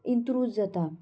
इंत्रूज जाता